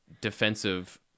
defensive